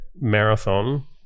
marathon